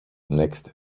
next